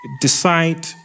decide